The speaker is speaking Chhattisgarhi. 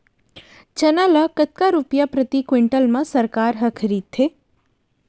चना ल कतका रुपिया प्रति क्विंटल म सरकार ह खरीदथे?